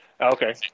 Okay